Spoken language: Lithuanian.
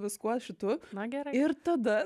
viskuo kitu na gerai ir tada